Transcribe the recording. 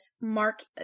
Mark